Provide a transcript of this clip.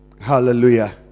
Hallelujah